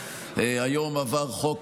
היום עבר חוק,